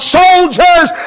soldiers